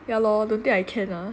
ya lor don't think I can ah